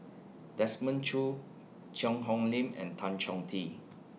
Desmond Choo Cheang Hong Lim and Tan Chong Tee